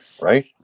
right